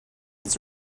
its